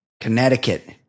Connecticut